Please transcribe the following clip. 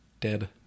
dead